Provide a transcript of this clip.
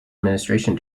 administration